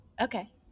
Okay